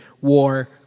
war